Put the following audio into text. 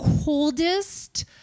coldest